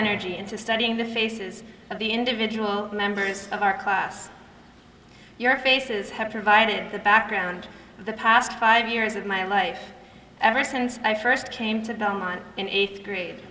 energy into studying the faces of the individual members of our class your faces have provided the background of the past five years of my life ever since i first came to in eighth grade